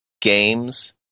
games